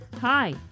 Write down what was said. Hi